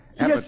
Yes